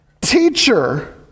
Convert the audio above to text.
Teacher